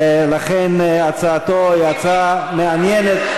לכן, הצעתו היא הצעה מעניינת.